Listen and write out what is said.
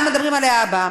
אנחנו מדברים על להבא.